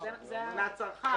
מהצרכן.